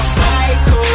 Psycho